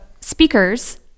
speakers